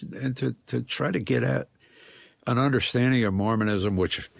and and to to try to get at an understanding of mormonism, which, you